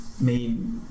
made